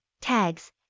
Tags